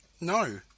No